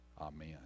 Amen